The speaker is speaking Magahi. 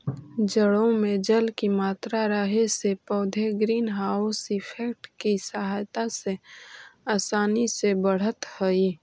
जड़ों में जल की मात्रा रहे से पौधे ग्रीन हाउस इफेक्ट की सहायता से आसानी से बढ़त हइ